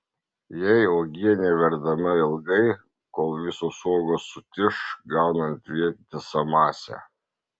jei uogienė verdama ilgai kol visos uogos sutiš gaunant vientisą masę